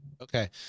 Okay